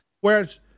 Whereas